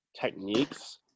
techniques